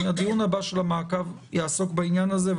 הדיון הבא של המעקב יעסוק בעניין הזה,